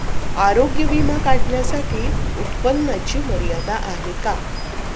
आरोग्य विमा काढण्यासाठी उत्पन्नाची मर्यादा आहे का?